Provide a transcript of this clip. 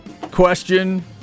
question